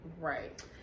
Right